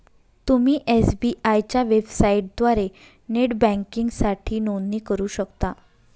तुम्ही एस.बी.आय च्या वेबसाइटद्वारे नेट बँकिंगसाठी नोंदणी करू शकता